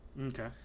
Okay